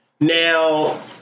now